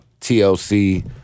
TLC